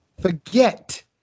forget